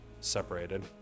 separated